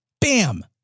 Bam